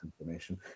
information